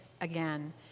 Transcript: again